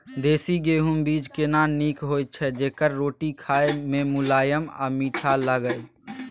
देसी गेहूँ बीज केना नीक होय छै जेकर रोटी खाय मे मुलायम आ मीठ लागय?